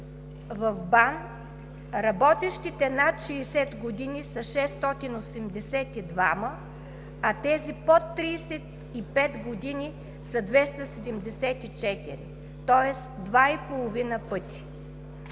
в БАН работещите над 60 години са 682, а тези под 35 години са 274 – тоест два и